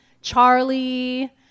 Charlie